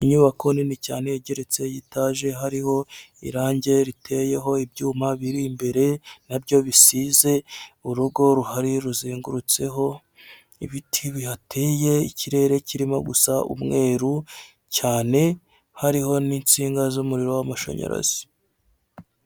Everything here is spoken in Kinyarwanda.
Inyubako nini cyane igeretse etage hariho irangi riteyeho ibyuma biri imbere nabyo bisize, urugo ruhari ruzengurutseho ibiti bihateye ikirere kirimo gusa umweru cyane hariho n'insinga z'umuriro w'amashanyarazi.